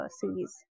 series